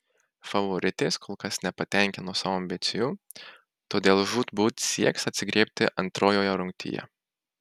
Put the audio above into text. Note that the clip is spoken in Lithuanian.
favoritės kol kas nepatenkino savo ambicijų todėl žūtbūt sieks atsigriebti antrojoje rungtyje